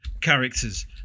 characters